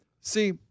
See